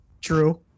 True